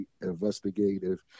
investigative